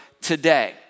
today